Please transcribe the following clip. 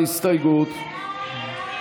הסתייגות 373 לא נתקבלה.